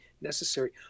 necessary